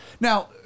Now